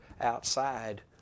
outside